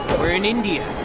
we're in india.